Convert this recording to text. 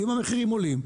ואם המחירים עולים,